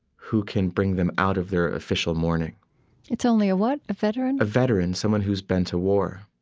who can bring them out of their official mourning it's only a what? a veteran? a veteran, someone who's been to war,